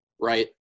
right